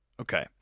Okay